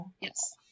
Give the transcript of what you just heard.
Yes